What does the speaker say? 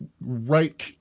right